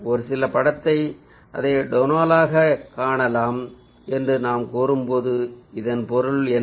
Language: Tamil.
ஒரு சில படத்தை அதை டோனலாகக் காணலாம் என்று நாம் கூறும்போது இதன் பொருள் என்ன